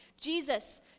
Jesus